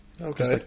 Okay